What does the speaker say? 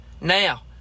Now